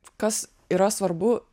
kas yra svarbu